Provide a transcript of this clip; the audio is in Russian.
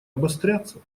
обостряться